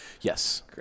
Yes